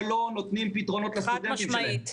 שלא נותנים פתרונות לסטודנטים שלהם,